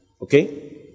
Okay